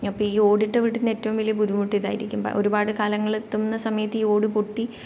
അപ്പോൾ ഈ ഓടിട്ട വീടിൻ്റെ ഏറ്റവും വലിയ ബുദ്ധിമുട്ട് ഇതായിരിക്കും ഒരുപാട് കാലങ്ങള് എത്തുന്ന സമയത്ത് ഈ ഓട് പൊട്ടി